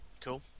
Cool